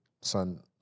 son